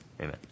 amen